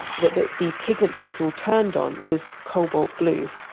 but the the pigment that this all turned on was cobalt blue,